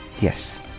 Yes